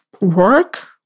work